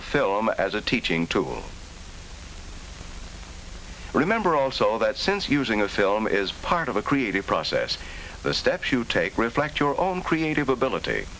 a film as a teaching tool remember also that since using a film is part of a creative process the steps you take reflect your own creative ability